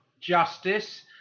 justice